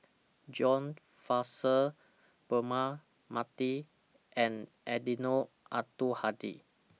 John Fraser Braema Mathi and Eddino Abdul Hadi